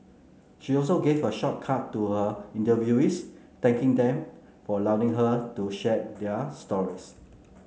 she also gave a shout out to her interviewees thanking them for allowing her to share their stories